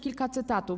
Kilka cytatów.